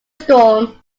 storm